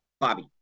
bobby